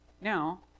Now